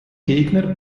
gegner